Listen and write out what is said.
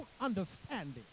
understanding